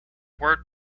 word